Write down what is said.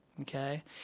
Okay